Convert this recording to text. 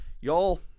y'all